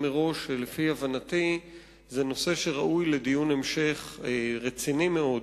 מראש שלפי הבנתי זה נושא שראוי לדיון המשך רציני מאוד